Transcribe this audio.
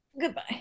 goodbye